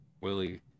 willie